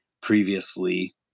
previously